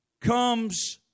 comes